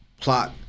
plot